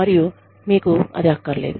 మరియు మీకు అది అక్కరలేదు